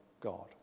God